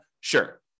Sure